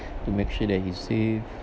to make sure that he's safe